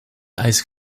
eis